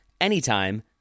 anytime